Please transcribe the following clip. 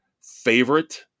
favorite